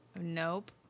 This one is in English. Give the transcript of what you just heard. Nope